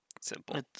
simple